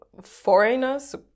foreigners